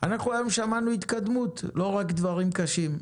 אנחנו היום שמענו התקדמות, לא רק דברים קשים.